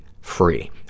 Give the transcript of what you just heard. free